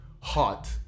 hot